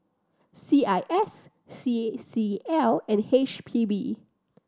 C I S C C L and H P B